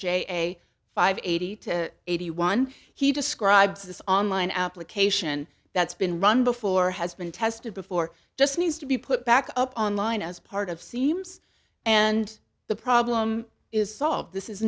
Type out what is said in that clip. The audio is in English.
j five eighty to eighty one he describes this online application that's been run before has been tested before just needs to be put back up online as part of seams and the problem is solved this is